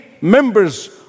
members